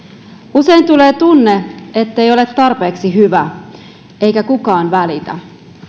usein tulee tunne ettei ole tarpeeksi hyvä eikä kukaan välitä